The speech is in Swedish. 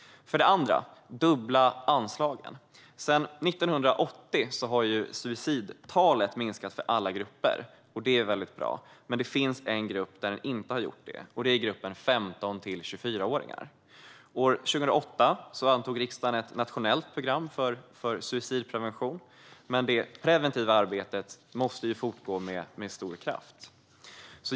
För det andra: Dubbla anslagen! Sedan 1980 har suicidtalet minskat för nästan alla grupper, och det är väldigt bra. Men det finns en grupp där det inte har gjort det, och det är gruppen 15-24-åringar. År 2008 antog riksdagen ett nationellt program för suicidprevention, men det preventiva arbetet måste fortgå med stor kraft.